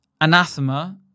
Anathema